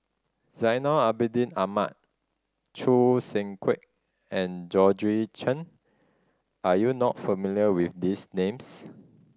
Zainal Abidin Ahmad Choo Seng Quee and Georgette Chen are you not familiar with these names